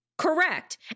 Correct